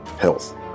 health